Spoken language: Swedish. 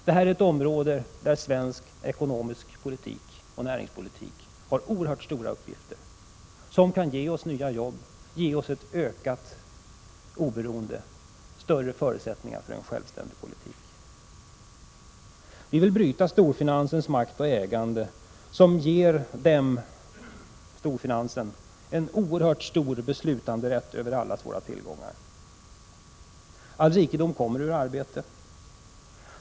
Detta är ett område där svensk ekonomisk politik och näringspolitik har oerhört stora uppgifter, som kan leda till att vi får nya jobb, ett ökat oberoende och större förutsättningar för en självständig politik. Vi vill bryta storfinansens makt och ägande, som ger den en oerhört stor beslutanderätt över allas våra tillgångar. All rikedom kommer ur arbete.